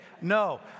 No